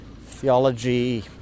theology